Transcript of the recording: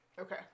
okay